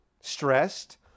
stressed